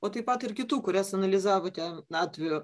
o taip pat ir kitų kurias analizavote atveju